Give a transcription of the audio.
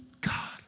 God